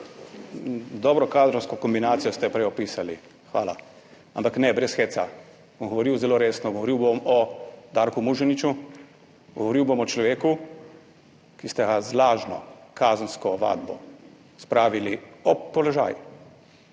Dobro kadrovsko kombinacijo ste prej opisali. Hvala. Ampak ne, brez heca, bom govoril zelo resno. Govoril bom o Darku Muženiču, govoril bom o človeku, ki ste ga z lažno kazensko ovadbo spravili ob položaj.